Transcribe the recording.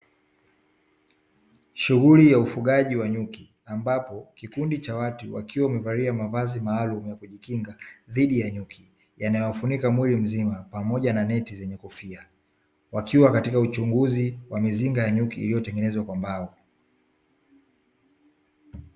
Shughuli ya ufugaji wa nyuki ambapo kikundi cha watu wakiwa wamevalia mavazi maalumu ya kujikinga dhidi ya nyuki yanayowafunika mwili mzima pamoja na neti zenye kofia wakiwa katika uchunguzi wa mizinga ya nyuki iliyotengenezwa kwa mbao.